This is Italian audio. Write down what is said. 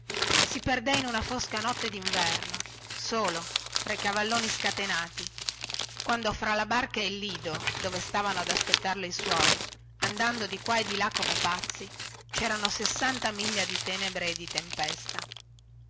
si perdè in una fosca notte dinverno solo fra i cavalloni scatenati quando fra la barca e il lido dove stavano ad aspettarlo i suoi andando di qua e di là come pazzi cerano sessanta miglia di tenebre e di tempesta